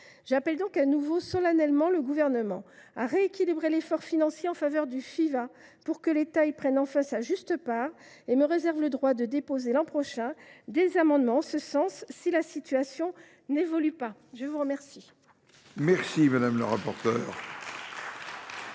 J’appelle donc de nouveau solennellement le Gouvernement à rééquilibrer l’effort financier en faveur du Fiva, pour que l’État prenne enfin sa juste part. Je me réserve le droit de déposer, l’an prochain, des amendements en ce sens si la situation n’évolue pas. La parole est à Mme le rapporteur.